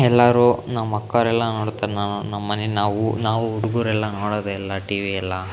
ಎಲ್ಲರೂ ನಮ್ಮ ಅಕ್ಕಾವರೆಲ್ಲ ನೋಡ್ತಾರೆ ನಾನು ನಮ್ಮನೇಲಿ ನಾವು ನಾವು ಹುಡುಗರೆಲ್ಲ ನೋಡೋದೇ ಇಲ್ಲ ಟಿ ವಿ ಎಲ್ಲ